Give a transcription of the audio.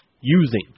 using